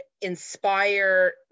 inspire